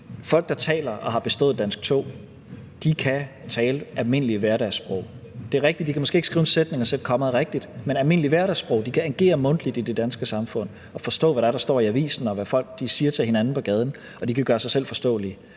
folk, der taler dansk og har bestået danskprøve 2, kan tale almindeligt hverdagssprog. Det er rigtigt, at de måske ikke kan skrive en sætning og sætte kommaet rigtigt, men de kan almindeligt hverdagssprog, de kan agere mundtligt i det danske samfund og forstå, hvad det er, der står i avisen, og hvad folk siger til hinanden på gaden, og de kan gøre sig selv forståelige.